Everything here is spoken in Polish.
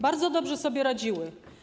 Bardzo dobrze sobie radziły.